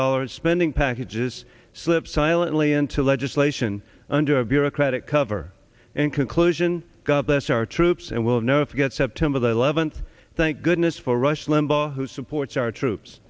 dollars spending packages slip silently into legislation under bureaucratic cover in conclusion god bless our troops and we'll know if you get september the eleventh thank goodness for rush limbaugh who supports our troops